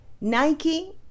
Nike